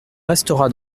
restera